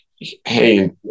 hey